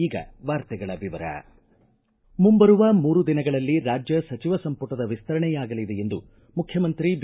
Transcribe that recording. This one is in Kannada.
ಈಗ ವಾರ್ತೆಗಳ ವಿವರ ಮುಂಬರುವ ಮೂರು ದಿನಗಳಲ್ಲಿ ರಾಜ್ಯ ಸಚಿವ ಸಂಮಟದ ವಿಸ್ತರಣೆಯಾಗಲಿದೆ ಎಂದು ಮುಖ್ಯಮಂತ್ರಿ ಬಿ